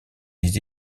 les